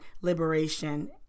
Liberation